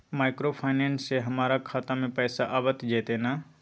Microfinance से हमारा खाता में पैसा आबय जेतै न?